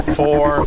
four